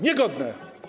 Niegodne.